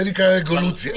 זה נקרא "רגולציה".